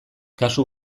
kasu